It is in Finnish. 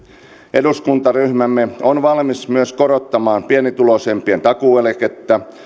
eduskuntaryhmämme on valmis myös korottamaan pienituloisimpien takuueläkettä